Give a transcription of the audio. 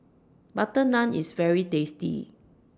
Butter Naan IS very tasty